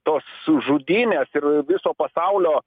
tos žudynės ir viso pasaulio